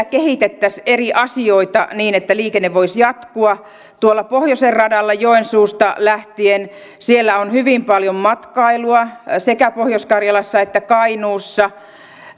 kehitettäisiin eri asioita niin että liikenne voisi jatkua tuolla pohjoisen radalla joensuusta lähtien on hyvin paljon matkailua sekä pohjois karjalassa että kainuussa